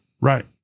Right